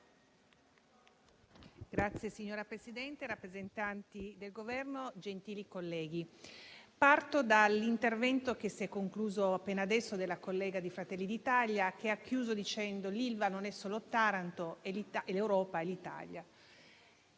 Signor Presidente, rappresentanti del Governo, gentili colleghi, parto dall'intervento, concluso appena adesso, della collega di Fratelli d'Italia, che ha terminato dicendo che l'Ilva non è solo Taranto: che è l'Europa, è l'Italia.